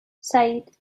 سعید